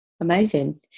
amazing